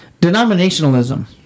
Denominationalism